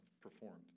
performed